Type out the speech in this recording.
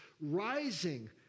rising